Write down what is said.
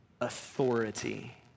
authority